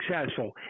successful